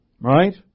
Right